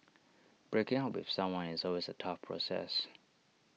breaking up with someone is always A tough process